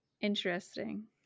interesting